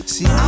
See